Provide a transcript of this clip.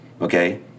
Okay